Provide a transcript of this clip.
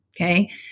okay